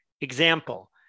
Example